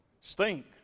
stink